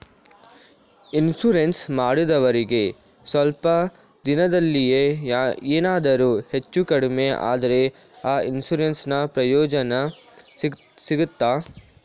Insurance ಮಾಡಿದವರಿಗೆ ಸ್ವಲ್ಪ ದಿನದಲ್ಲಿಯೇ ಎನಾದರೂ ಹೆಚ್ಚು ಕಡಿಮೆ ಆದ್ರೆ ಆ ಇನ್ಸೂರೆನ್ಸ್ ನ ಪ್ರಯೋಜನ ಸಿಗ್ತದ?